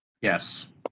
Yes